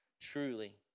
truly